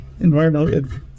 environmental